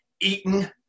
eaten